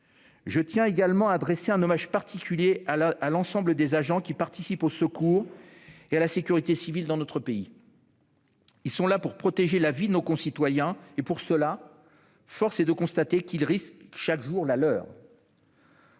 je tiens également à adresser un hommage particulier à l'ensemble des agents qui participent aux secours et à la sécurité civile dans notre pays. Ils sont là pour protéger la vie de nos concitoyens : force est de constater que, pour cela, ils risquent chaque jour la leur.